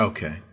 Okay